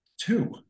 two